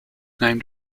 named